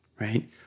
right